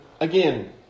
again